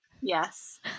Yes